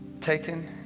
Taken